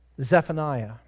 Zephaniah